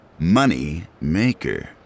Moneymaker